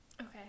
Okay